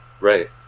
right